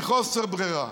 מחוסר ברירה,